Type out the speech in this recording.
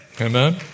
Amen